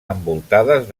envoltades